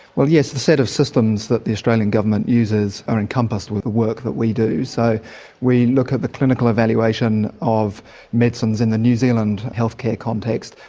yes, the set of systems that the australian government uses are encompassed with the work that we do. so we look at the clinical evaluation of medicines in the new zealand health care context,